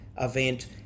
event